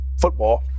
football